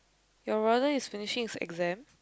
your brother is finishing his exam